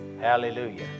Hallelujah